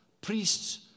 priests